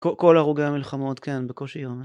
כל הרוגי המלחמות, כן, בקושי יום.